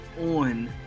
on